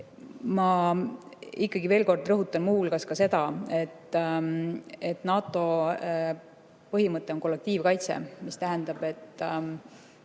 Ma ikkagi veel kord rõhutan muu hulgas seda, et NATO põhimõte on kollektiivkaitse, mis tähendab, et